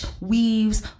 weaves